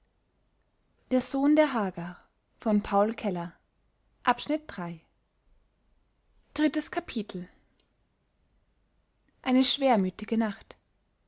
eine schwermütige nacht